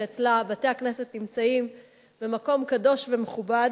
שאצלה בתי-הכנסת נמצאים במקום קדוש ומכובד,